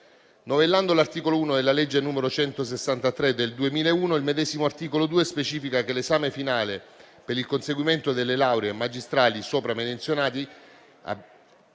Novellando l'articolo 1 della legge n. 163 del 2001, il medesimo articolo 2 specifica che l'esame finale per il conseguimento delle lauree magistrali sopra menzionate